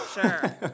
Sure